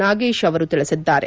ನಾಗೇಶ್ ಅವರು ತಿಳಿಸಿದ್ದಾರೆ